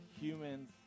humans